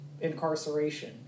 incarceration